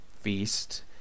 feast